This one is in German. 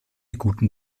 guten